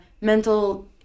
mental